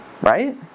right